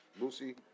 Lucy